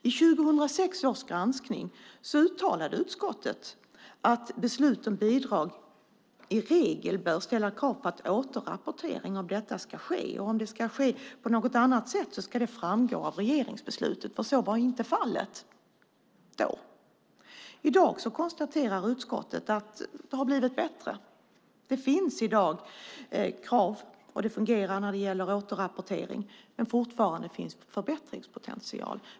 I 2006 års granskning uttalade utskottet att det vid beslut om bidrag i regel bör ställas krav på att återrapportering av detta ska ske, och om det ska ske på något annat sätt ska det framgå av regeringsbeslutet, för så var inte fallet då. I dag konstaterar utskottet att det har blivit bättre. I dag finns det krav, och det fungerar när det gäller återrapportering, men det finns fortfarande en förbättringspotential.